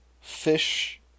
fish